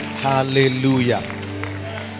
Hallelujah